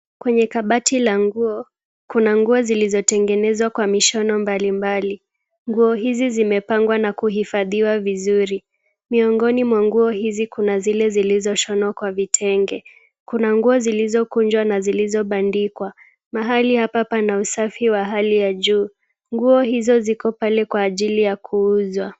Kwenye kabati la nguo, kuna nguo zilizotengenezwa kwa mishono mbalimbali. Nguo hizi zimepangwa na kuhifadhiwa vizuri. Miongoni mwa nguo hizi kuna zile zilizoshonwa kwa vitenge. Kuna nguo zilizokunjwa na zilizobandikwa. Mahali hapa pana usafi wa hali ya juu. Nguo hizo ziko pale kwa ajili ya kuuzwa.